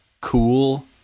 cool